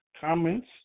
Comments